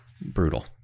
Brutal